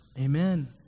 Amen